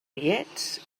ullets